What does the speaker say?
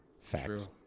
Facts